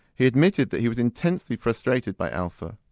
he admitted that he was intensely frustrated by alpha.